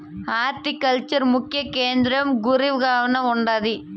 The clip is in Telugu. హార్టికల్చర్ ముఖ్య కేంద్రం గురేగావ్ల ఉండాది